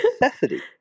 necessity